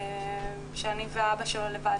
ושאני ואבא שלו לבד.